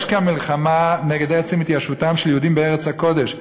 יש כאן מלחמה נגד עצם התיישבותם של יהודים בארץ הקודש.